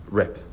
rip